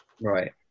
Right